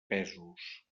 pesos